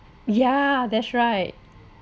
yeah that's right